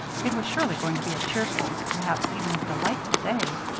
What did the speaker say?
it was surely going to be a cheerful, perhaps even a delightful, day.